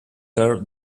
her